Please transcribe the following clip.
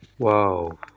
wow